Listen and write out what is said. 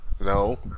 No